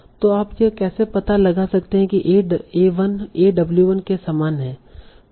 तो आप यह कैसे पता लगा सकते हैं कि a1 a w 1 के समान है